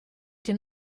den